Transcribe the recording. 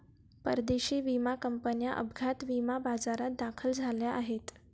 परदेशी विमा कंपन्या अपघात विमा बाजारात दाखल झाल्या आहेत